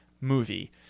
movie